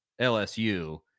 LSU